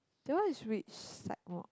that one is which psych mod